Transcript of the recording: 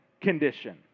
condition